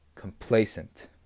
Complacent